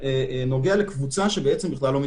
שלום.